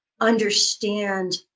understand